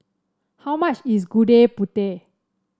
how much is Gudeg Putih